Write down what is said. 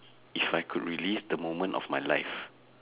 if I could release the moment of my life